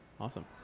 Awesome